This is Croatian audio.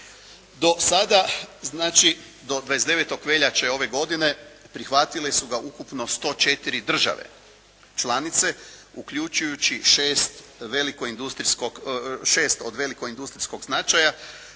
Do sada, znači do 29. veljače ove godine prihvatile su ga ukupno 104 države članice uključujući 6 od velikog industrijskog značaja,